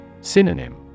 Synonym